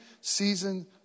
season